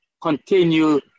continue